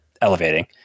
elevating